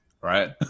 right